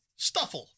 stuffle